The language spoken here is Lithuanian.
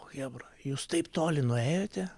chebra jūs taip toli nuėjote